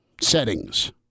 settings